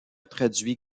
traduit